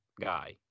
guy